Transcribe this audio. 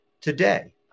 today